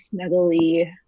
snuggly